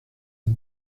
het